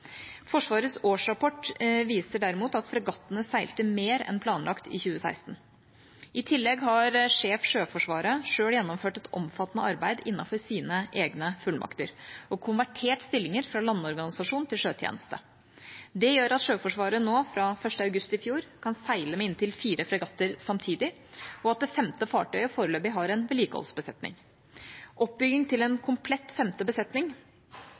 Forsvarets årsrapport viser derimot at fregattene seilte mer enn planlagt i 2016. I tillegg har Sjef Sjøforsvaret selv gjennomført et omfattende arbeid innenfor sine egne fullmakter og konvertert stillinger fra landorganisasjon til sjøtjeneste. Det gjør at Sjøforsvaret fra 1. august i fjor kunne seile med inntil fire fregatter samtidig, og at det femte fartøyet foreløpig har en vedlikeholdsbesetning. Oppbygging til en komplett femte besetning